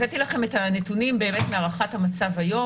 הבאתי לכם את הנתונים מהערכת המצב היום.